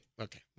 Okay